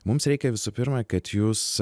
mums reikia visų pirma kad jūs